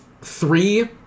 three